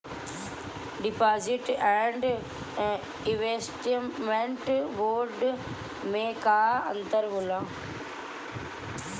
Deposit and investment bond मे का अंतर होला?